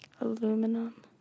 aluminum